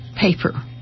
paper